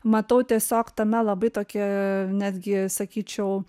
matau tiesiog tame labai tokią netgi sakyčiau